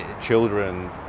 children